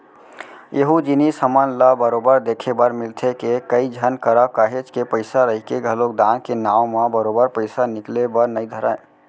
एहूँ जिनिस हमन ल बरोबर देखे बर मिलथे के, कई झन करा काहेच के पइसा रहिके घलोक दान के नांव म बरोबर पइसा निकले बर नइ धरय